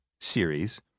series